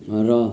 र